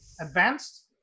advanced